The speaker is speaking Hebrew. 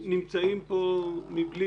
נמצאים כאן מבלי